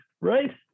right